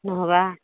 নহ'বা